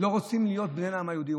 הם לא רוצים להיות בני העם היהודי?